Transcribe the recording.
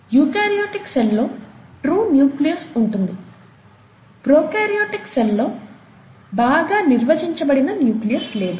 eukaryotic cell లో true nucleus ఉంటుంది prokaryotic cell లో బాగా నిర్వచించబడిన న్యూక్లియస్ లేదు